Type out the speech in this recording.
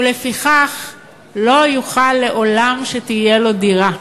ולפיכך לא יכול לעולם שתהיה לו דירה.